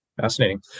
Fascinating